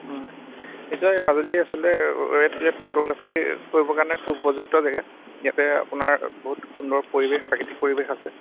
হয় কি কয় মাজুলী আচলতে ৰেড ৰেড ফটোগ্ৰাফী কৰিবৰ কাৰণে খুব উপযুক্ত জেগা ইয়াতে আপোনাৰ বহুত সুন্দৰ পৰিৱেশ প্ৰাকৃতিক পৰিৱেশ আছে